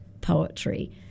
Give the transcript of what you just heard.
poetry